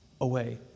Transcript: away